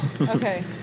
Okay